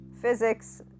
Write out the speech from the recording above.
physics